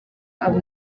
aba